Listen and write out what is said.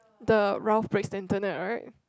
the ralp breaks the internet right